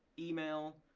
email,